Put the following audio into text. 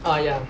ah ya